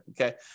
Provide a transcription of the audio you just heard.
okay